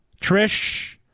Trish